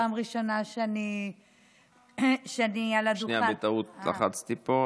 פעם ראשונה שאני על הדוכן, שנייה, בטעות לחצתי פה.